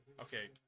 Okay